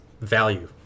value